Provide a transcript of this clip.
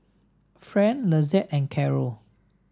Fran Lizette and Carrol